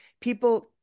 people